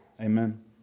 Amen